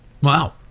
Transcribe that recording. Wow